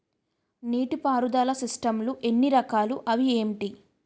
నీటిపారుదల సిస్టమ్ లు ఎన్ని రకాలు? అవి ఏంటి?